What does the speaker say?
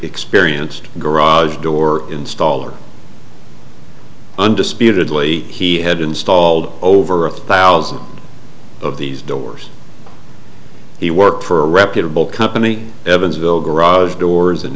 experienced garage door installer undisputedly he had installed over a thousand of these doors he worked for a reputable company evansville garage doors in